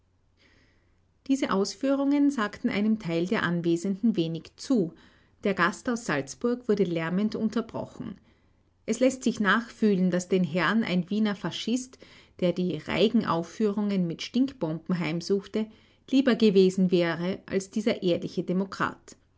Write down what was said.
diese ausführungen sagten einem teil der anwesenden wenig zu der gast aus salzburg wurde lärmend unterbrochen es läßt sich nachfühlen daß den herren ein wiener faszist der die reigen aufführungen mit stinkbomben heimsuchte lieber gewesen wäre als dieser ehrliche demokrat